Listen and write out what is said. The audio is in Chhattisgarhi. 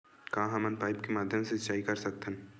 का हमन पाइप के माध्यम से सिंचाई कर सकथन?